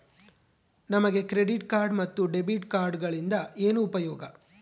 ನಮಗೆ credit card ಮತ್ತು debit ಕಾರ್ಡುಗಳಿಂದ ಏನು ಉಪಯೋಗ?